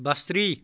بصری